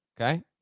okay